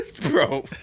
bro